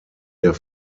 der